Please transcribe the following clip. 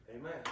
Amen